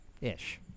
Ish